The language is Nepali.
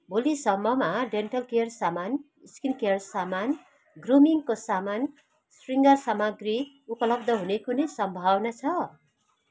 भोलिसम्ममा डेन्टल केयर सामान स्किन केयर सामान ग्रुमिङको सामान शृङ्गार सामाग्री उपलब्ध हुने कुनै सम्भावना छ